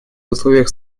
условиях